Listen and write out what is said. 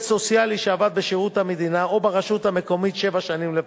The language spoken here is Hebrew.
סוציאלי שעבד בשירות המדינה או ברשות המקומית שבע שנים לפחות.